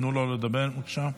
תנו לו לדבר, בבקשה.